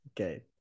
Okay